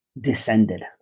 descended